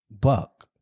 buck